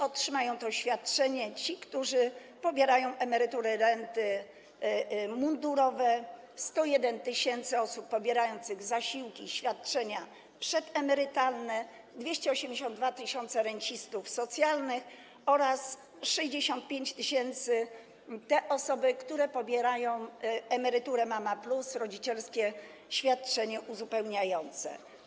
Otrzymają to świadczenie również ci, którzy pobierają emerytury, renty mundurowe, 101 tys. osób pobierających zasiłki i świadczenia przedemerytalne, 282 tys. rencistów socjalnych oraz 65 tys. - te osoby, które pobierają emeryturę Mama+, rodzicielskie świadczenie uzupełniające.